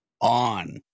on